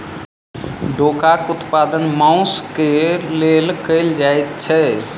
डोकाक उत्पादन मौंस क लेल कयल जाइत छै